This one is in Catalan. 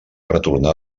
retornar